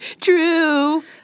true